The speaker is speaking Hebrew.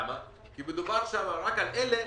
כי מדובר שם רק על אלה